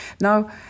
Now